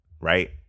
right